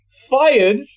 Fired